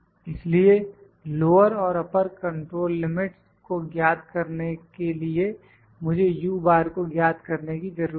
इसलिए लोअर और upper control limits को ज्ञात करने के लिए मुझे को ज्ञात करने की जरूरत है